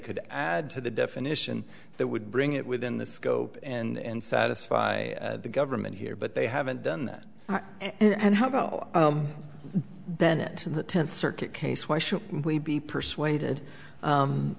could add to the definition that would bring it within the scope and satisfy the government here but they haven't done that and how about bennett the tenth circuit case why should we be persuaded